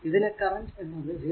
ഇതിലെ കറന്റ് എന്നത് 0